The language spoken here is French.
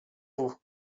vous